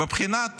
"בבחינת